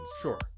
sure